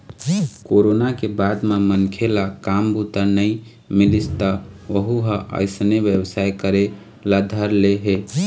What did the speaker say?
corona के बाद म मनखे ल काम बूता नइ मिलिस त वहूँ ह अइसने बेवसाय करे ल धर ले हे